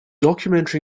documentary